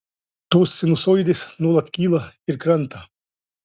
tos sinusoidės nuolat kyla ir krenta